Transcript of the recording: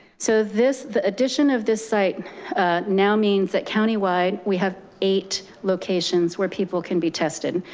so this the addition of this site now means that countywide, we have eight locations where people can be tested.